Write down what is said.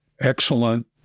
excellent